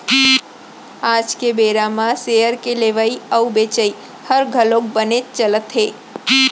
आज के बेरा म सेयर के लेवई अउ बेचई हर घलौक बनेच चलत हे